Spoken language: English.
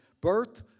birth